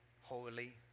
holy